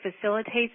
facilitates